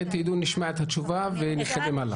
נשמע את התשובה ונתקדם הלאה.